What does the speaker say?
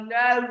no